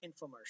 infomercial